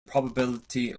probability